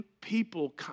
people